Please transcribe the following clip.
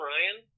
Ryan